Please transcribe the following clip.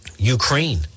Ukraine